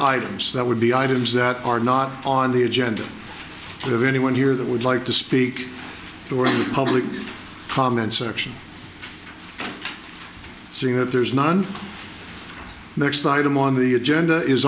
items that would be items that are not on the agenda but of anyone here that would like to speak during the public comment section saying that there is none next item on the agenda is